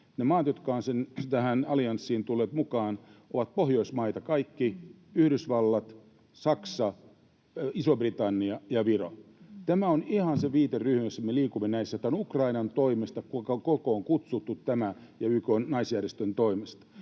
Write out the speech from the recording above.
ne maat, jotka ovat tähän allianssiin tulleet mukaan, ovat Pohjoismaat, Yhdysvallat, Saksa, Iso-Britannia ja Viro — tämä on ihan se viiteryhmä, jossa me liikumme näissä. Tämä on Ukrainan ja YK:n naisjärjestön toimesta